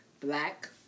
black